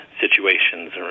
situations